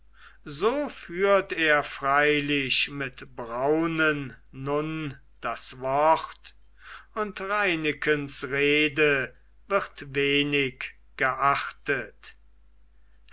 so führt er freilich mit braunen nun das wort und reinekens rede wird wenig geachtet